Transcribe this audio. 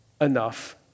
enough